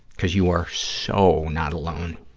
because you are so not alone.